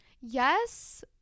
yes